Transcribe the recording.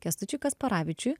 kęstučiui kasparavičiui